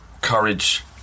courage